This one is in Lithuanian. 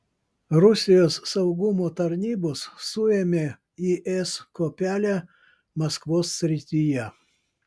rusijos saugumo tarnybos suėmė is kuopelę maskvos srityje